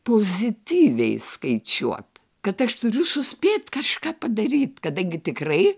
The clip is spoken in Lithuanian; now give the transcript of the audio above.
pozityviai skaičiuot kad aš turiu suspėt kažką padaryt kadangi tikrai